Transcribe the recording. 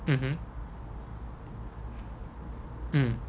mmhmm mm